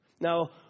Now